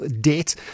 debt